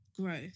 growth